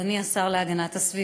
אדוני השר להגנת הסביבה,